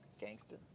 gangster